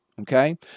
Okay